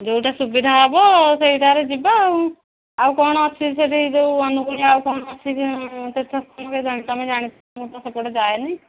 ଯେଉଁଟା ସୁବିଧା ହବ ସେଇଟାରେ ଯିବା ଆଉ ଆଉ କ'ଣ ଅଛି ସେଇଠି ଯେଉଁ ଅନୁକୂଳ ଆଉ କ'ଣ ଅଛି ତମେ ଜାଣି ମୁଁ ତ ସେପଟେ ଯାଏନି